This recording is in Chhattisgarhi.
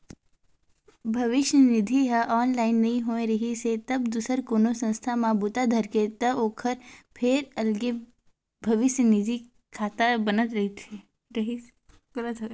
भविस्य निधि ह ऑनलाइन नइ होए रिहिस हे तब दूसर कोनो संस्था म बूता धरथे त ओखर फेर अलगे भविस्य निधि खाता बनत रिहिस हे